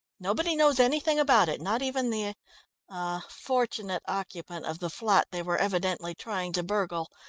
nobody knows anything about it, not even the er fortunate occupant of the flat they were evidently trying to burgle.